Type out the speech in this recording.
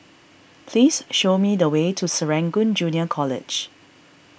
please show me the way to Serangoon Junior College